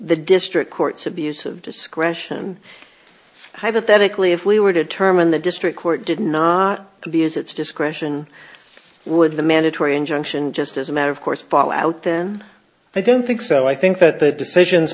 the district court's abuse of discretion hypothetically if we were to determine the district court did not abuse its discretion would the mandatory injunction just as a matter of course fall out then i don't think so i think that the decisions